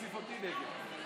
תוסיף אותי נגד.